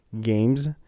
games